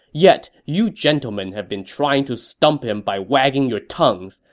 yet you gentlemen have been trying to stump him by wagging your tongues.